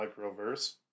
Microverse